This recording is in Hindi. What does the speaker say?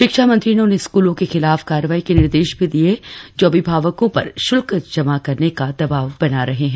शिक्षा मंत्री ने उन स्कूलों के खिलाफ कार्यवाही के निदेश भी दिये जो अभिाभावको पर शुल्क जमा करने का दवाव बना रहे है